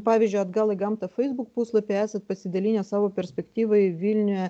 pavyzdžiui atgal į gamtą feisbuk puslapyje esat pasidalinęs savo perspektyva į vilniuje